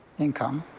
income